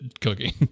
cooking